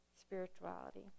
spirituality